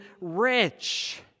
rich